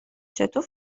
چطور